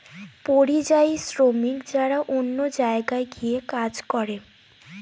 পরিযায়ী শ্রমিক যারা অন্য জায়গায় গিয়ে কাজ করে